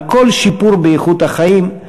על כל שיפור באיכות החיים,